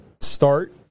start